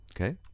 okay